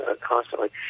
constantly